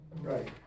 Right